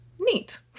neat